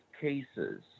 cases